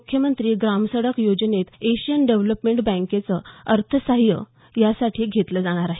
मुख्यमंत्री ग्रामसडक योजनेत एशियन डेव्हलपमेंट बँकेचं अर्थसहाय्य यासाठी घेतलं जाणार आहे